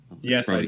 Yes